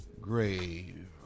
grave